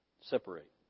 separate